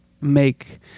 make